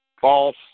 false